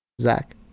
Zach